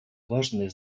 важное